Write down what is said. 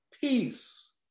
peace